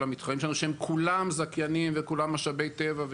המתחרים שלנו שהם כולם זכיינים וכולם משאבי טבע.